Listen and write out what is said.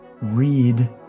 read